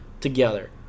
together